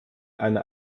eine